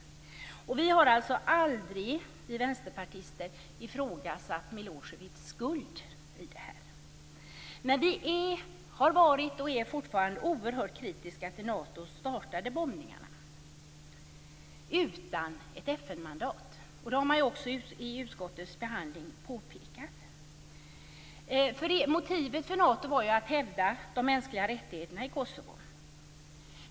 Vi vänsterpartister har aldrig ifrågasatt Milosevic skuld. Men vi har varit, och är fortfarande, oerhört kritiska till att Nato startade bombningarna utan ett FN-mandat. Det har man ju också påpekat i utskottets behandling. Motivet för Nato var att hävda de mänskliga rättigheterna i Kosovo.